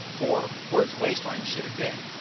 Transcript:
or where his waist-line should have been.